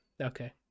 okay